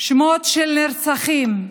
שמות של נרצחים.